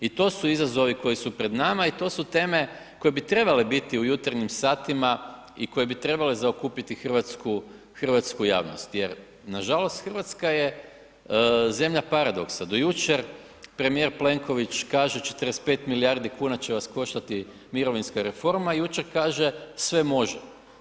I to su izazovi koji su pred nama i to su teme koje bi trebale biti u jutarnjim satima i koje bi trebale zaokupiti hrvatsku javnost jer nažalost RH je zemlja paradoksa, do jučer premijer Plenković kaže 45 milijardi kuna će vas koštati mirovinska reforma, jučer kaže sve može.